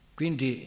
quindi